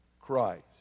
Christ